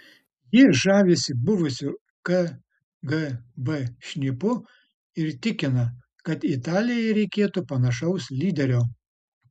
ji žavisi buvusiu kgb šnipu ir tikina kad italijai reikėtų panašaus lyderio